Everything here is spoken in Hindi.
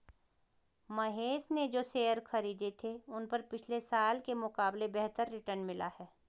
महेश ने जो शेयर खरीदे थे उन पर पिछले साल के मुकाबले बेहतर रिटर्न मिला है